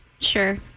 Sure